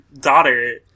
daughter